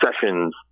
sessions